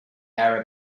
arab